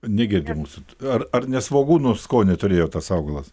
negirdi mūsų ar ar ne svogūnų skonį turėjo tas augalas